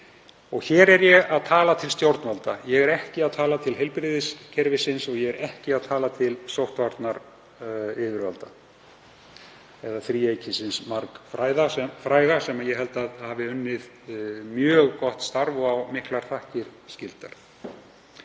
Hér er ég að tala til stjórnvalda. Ég er ekki að tala til heilbrigðiskerfisins og ég er ekki að tala til sóttvarnayfirvalda eða þríeykisins margfræga, sem ég held að hafi unnið mjög gott starf og á miklar þakkir skildar.